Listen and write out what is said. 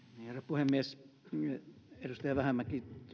puhemies edustaja vähämäki